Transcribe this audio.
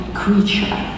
creature